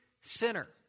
sinner